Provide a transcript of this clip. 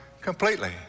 completely